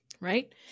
right